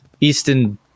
Easton